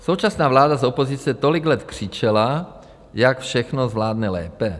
Současná vláda z opozice tolik let křičela, jak všechno zvládne lépe.